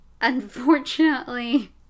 unfortunately